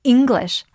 English